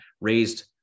raised